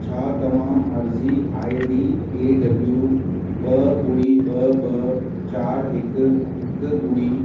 छा तव्हां अर्ज़ी आई डी ए डबल्यू ॿ ॿुड़ी ॿ ॿ चार हिकु हिकु ॿुड़ी